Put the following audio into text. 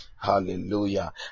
Hallelujah